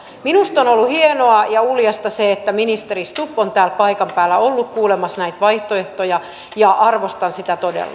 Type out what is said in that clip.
minusta on ollut hienoa ja uljasta se että ministeri stubb on täällä paikan päällä ollut kuulemassa näitä vaihtoehtoja ja arvostan sitä todella